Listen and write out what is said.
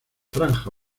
franja